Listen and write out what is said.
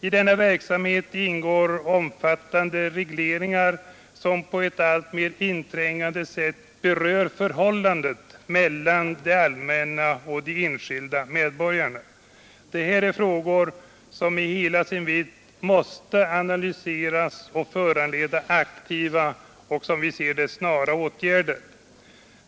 I denna verksamhet ingår IReNRen omfattande regleringar som på ett alltmer inträngande sätt berör förhållandet mellan det allmänna och de enskilda medborgarna. Detta är frågor som i hela sin vidd måste analyseras och föranleda aktiva och — som vi ser det — snara åtgärder.